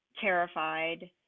terrified